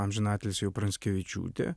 amžiną atilsį jau pranskevičiūtė